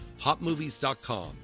HotMovies.com